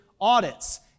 audits